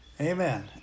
Amen